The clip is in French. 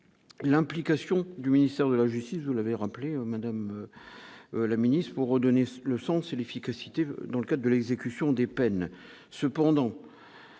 l'implication du ministère de la justice, vous l'avez rappelé : Madame la Ministre, ont redonné le sens et l'efficacité dans le cas de l'exécution des peines cependant